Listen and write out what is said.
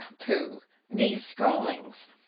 pooh these scrawlings!